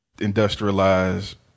industrialized